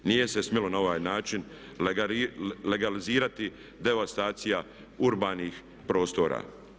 Nije se smjelo na ovaj način legalizirati devastacija urbanih prostora.